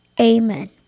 Amen